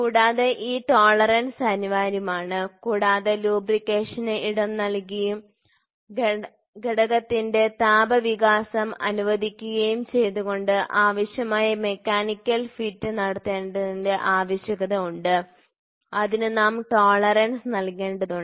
കൂടാതെ ഈ ടോളറൻസ് അനിവാര്യമാണ് കാരണം ലൂബ്രിക്കന്റിന് ഇടം നൽകിയും ഘടകത്തിന്റെ താപ വികാസം അനുവദിക്കുകയും ചെയ്തുകൊണ്ട് ആവശ്യമായ മെക്കാനിക്കൽ ഫിറ്റ് നേടേണ്ടതിന്റെ ആവശ്യകത ഉണ്ട് അതിനു നാം ടോളറൻസ് നൽകേണ്ടതുണ്ട്